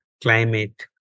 climate